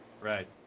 Right